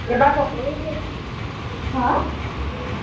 এইবাৰ বতৰো বেয়া হা